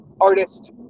artist